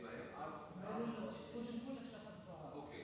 כמו הכנסת התשע-עשרה שלפניה,